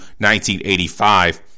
1985